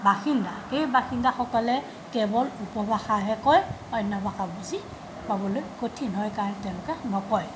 বাসিন্দা সেই বাসিন্দাসকলে কেৱল উপভাষাহে কয় অন্য ভাষা বুজি পাবলৈ কঠিন হয় কাৰণ তেওঁলোকে নকয়